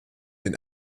den